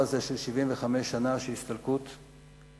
הזה של 75 שנה של הסתלקות של מגדולי,